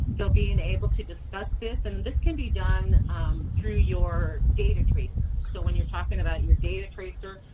so being able to discuss this, and this can be done through your data tracer, so when you're talking about your data tracer,